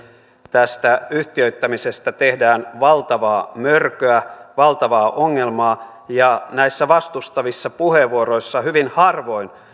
tästä yhtiöittämisestä tehdään valtavaa mörköä valtavaa ongelmaa ja näissä vastustavissa puheenvuoroissa hyvin harvoin